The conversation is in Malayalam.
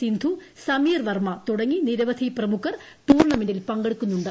സിന്ധു സമീർ വർമ്മ തുടങ്ങി നിരവധി പ്രമുഖർ ടൂർണമെന്റിൽ പങ്കെടുക്കുന്നുണ്ട്